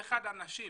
31 אנשים,